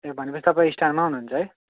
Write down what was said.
ए भनेपछि तपाईँ स्ट्यान्डमा आउनुहुन्छ है